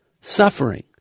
suffering